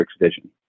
Vision